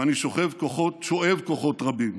ואני שואב כוחות רבים